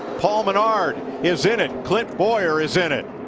paul menard is in it. clint bowyer is in it.